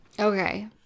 Okay